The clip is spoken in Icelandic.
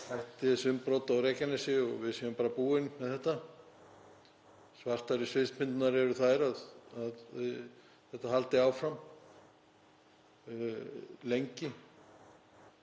hætti þessi umbrot á Reykjanesi og við séum bara búin með þetta. Svartari sviðsmyndirnar eru þær að þetta haldi áfram lengi.